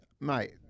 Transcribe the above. Mate